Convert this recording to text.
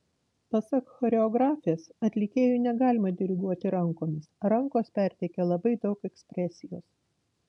pasak choreografės atlikėjui negalima diriguoti rankomis rankos perteikia labai daug ekspresijos